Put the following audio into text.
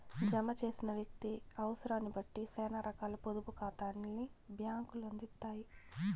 జమ చేసిన వ్యక్తి అవుసరాన్నిబట్టి సేనా రకాల పొదుపు కాతాల్ని బ్యాంకులు అందిత్తాయి